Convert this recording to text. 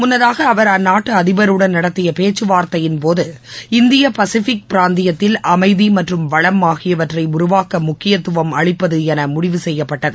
முன்னதாக அவர் அந்நாட்டு அதிபருடன் நடத்திய பேச்சு வார்த்தையின்போது இந்திய பசிபிக் பிராந்தியத்தில் அமைதி மற்றும் வளம் ஆகியவற்றை உருவாக்க முக்கியத்துவம் அளிப்பது என முடிவு செய்யப்பட்டது